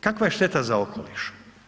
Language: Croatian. Kakva je šteta za okoliš?